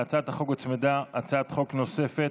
להצעת החוק הוצמדה הצעת חוק נוספת,